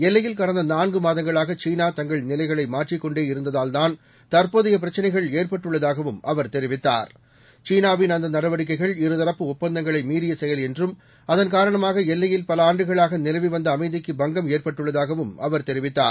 எல்லையில்கடந்தநான்குமாதங்களாகசீனா தங்கள்நிலைகளைமாற்றிக்கொண்டேஇருந்ததால்தான் தற்போதையபிரச்னைகள்ஏற்பட்டுள்ளதாகவும்அவர்தெ ரிவித்தார் சீனாவின்அந்தநடவடிக்கைகள் இருதரப்புஒப்பந்தங்களைமீறியசெயல்என்றும்அதன்கா ரணமாகஎல்லையில்பலஆண்டுகளாகநிலவிவந்தஅமை திக்குபங்கம்ஏற்பட்டுள்ளதாகவும்அவர்தெரிவித்தார்